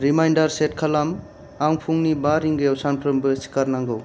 reminder set खालाम आं फुंनि बा रिंगायाव सानफ्रोमबो सिखारनांगौ